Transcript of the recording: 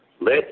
Let